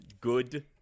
Good